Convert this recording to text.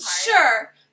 Sure